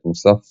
ואת המוסף